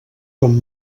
com